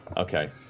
okay.